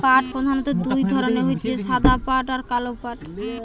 পাট প্রধানত দুই ধরণের হতিছে সাদা পাট আর কালো পাট